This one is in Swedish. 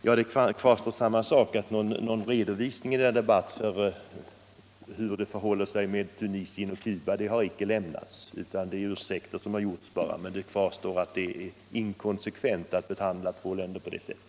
Här råder samma förhållande: Någon redovisning för hur det förhåller sig med Tunisien och med Cuba har inte lämnats i denna debatt, utan det har bara gjorts undanflykter. Faktum kvarstår emellertid att det är inkonsekvent att behandla två länder på det sättet.